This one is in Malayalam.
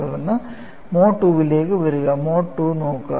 തുടർന്ന് മോഡ് II ലേക്ക് വരിക മോഡ് II നോക്കുക